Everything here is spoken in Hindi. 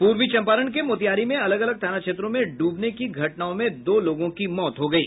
पूर्वी चम्पारण के मोतिहारी में अलग अलग थाना क्षेत्रों में डूबने की घटनाओं में दो लोगों की मौत हो गयी